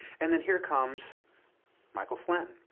and then here comes michael flynn,